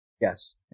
Yes